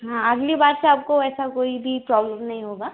हाँ अगली बार से आपको ऐसा कोई भी प्रॉब्लम नहीं होगा